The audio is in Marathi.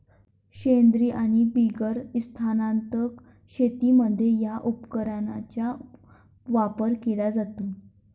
सेंद्रीय आणि बिगर संस्थात्मक शेतीमध्ये या उपकरणाचा वापर केला जातो